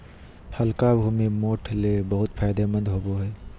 हल्का भूमि, मोठ ले बहुत फायदेमंद होवो हय